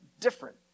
different